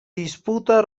disputa